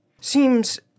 seems